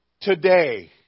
Today